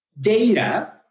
data